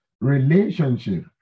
relationship